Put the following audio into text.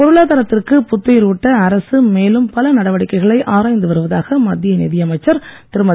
பொருளாதாரத்திற்கு புத்துயிர் ஊட்ட அரசு மேலும் பல நடவடிக்கைகளை ஆராய்ந்து வருவதாக மத்திய நிதியமைச்சர் திருமதி